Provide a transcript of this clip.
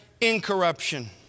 incorruption